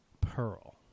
pearl